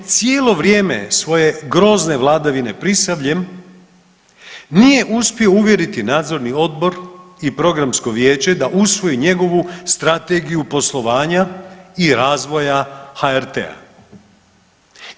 Cijelo vrijeme je svoje grozne vladavine Prisavljem nije uspio uvjeriti nadzorni odbor i programsko vijeće da usvoje njegovu strategiju poslovanja i razvoja HRT-a.